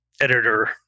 editor